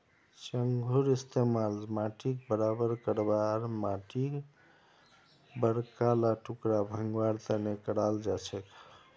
चंघूर इस्तमाल माटीक बराबर करवा आर माटीर बड़का ला टुकड़ा भंगवार तने कराल जाछेक